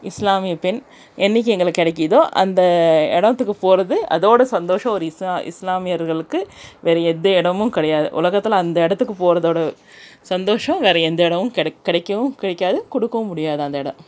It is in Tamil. இஸ்லாமிய பெண் என்றைக்கி எங்களுக்கு கிடைக்கிதோ அந்த இடோத்துக்கு போவது அதோடு சந்தோஷம் ஒரு இஸ்ஸா இஸ்லாமியர்களுக்கு வேறு எந்த இடமும் கிடையாது உலகத்தில் அந்த இடத்துக்கு போறதோடு சந்தோஷம் வேறு எந்த இடமும் கெடைக் கிடைக்கவும் கிடைக்காது கொடுக்கவும் முடியாது அந்த இடம்